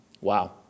Wow